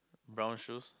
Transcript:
brown shoes